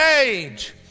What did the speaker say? age